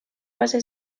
base